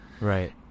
Right